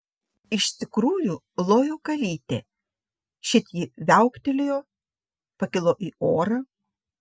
iš tikrųjų lojo kalytė šit ji viauktelėjo pakilo į orą